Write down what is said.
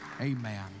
Amen